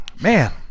Man